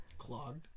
clogged